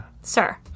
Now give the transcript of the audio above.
Sir